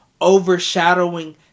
overshadowing